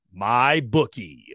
MyBookie